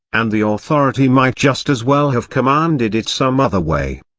and the authority might just as well have commanded it some other way.